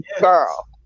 girl